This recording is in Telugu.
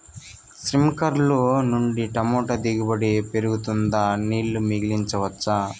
స్ప్రింక్లర్లు నుండి టమోటా దిగుబడి పెరుగుతుందా? నీళ్లు మిగిలించవచ్చా?